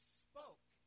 spoke